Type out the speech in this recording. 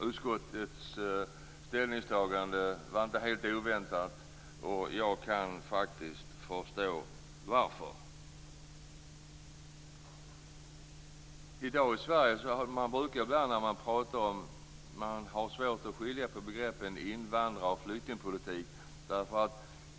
Utskottets ställningstagande var inte helt oväntat. Jag kan förstå varför. I dag har man i Sverige svårt att skilja på begreppen invandrarpolitik och flyktingpolitik.